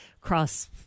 cross